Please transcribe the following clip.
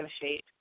shape